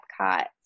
Epcot